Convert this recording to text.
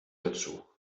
dazu